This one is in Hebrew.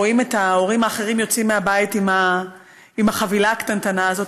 רואים את ההורים האחרים יוצאים מהבית עם החבילה הקטנטנה הזאת,